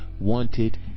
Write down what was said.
wanted